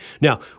Now